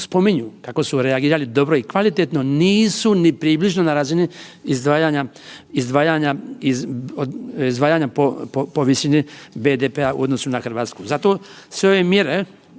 spominju kako su reagirali dobro i kvalitetno nisu ni približno na razini izdvajanja po visini BDP-a u odnosu na Hrvatsku. Zato sve ove mjere